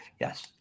yes